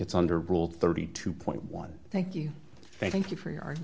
it's under rule thirty two point one thank you thank you for your art